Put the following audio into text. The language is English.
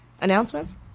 announcements